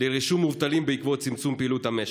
לרישום מובטלים בעקבות צמצום פעילות המשק,